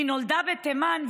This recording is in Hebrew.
היא נולדה בתימן.